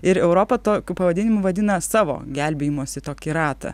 ir europa tokiu pavadinimu vadina savo gelbėjimosi tokį ratą